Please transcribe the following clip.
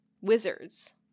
wizards